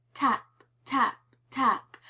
tap, tap, tap,